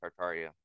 Tartaria